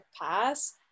pass